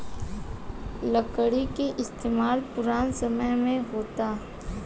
लकड़ी के इस्तमाल पुरान समय से होता